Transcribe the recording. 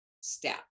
step